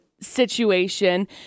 situation